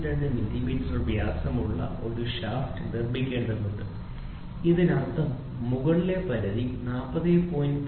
02 millimetre വ്യാസമുള്ള ഒരു shaft നിർമ്മിക്കേണ്ടതുണ്ട് ഇതിനർത്ഥം മുകളിലെ പരിധി 40